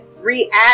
react